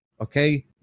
Okay